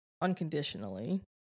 unconditionally